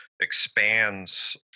expands